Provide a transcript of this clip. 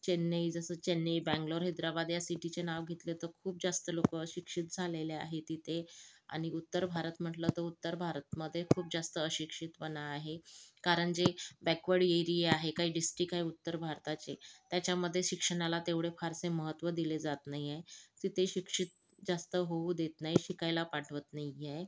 चेन्नई जसं चेन्नई बँगलोर हैदराबाद या सिटिचे नाव घेतले तर खूप जास्त लोक शिक्षित झालेले आहेत इथे आणि उत्तर भारत म्हटलं तर उत्तर भारतामध्ये खूप जास्त अशिक्षितपणा आहे कारण जे बॅकवर्ड एरिया आहे काही डिस्ट्रिक्ट आहे उत्तर भारताचे त्याच्यामध्ये शिक्षणाला तेवढे फारसे महत्व दिले जात नाही आहे तिथे शिक्षित जास्त होऊ देत नाही शिकायला पाठवत नाही आहे